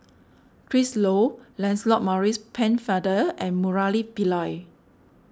Chris Lo Lancelot Maurice Pennefather and Murali Pillai